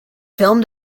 film